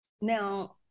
Now